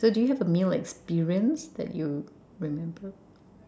so do you have a meal experience that you remember